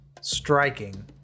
striking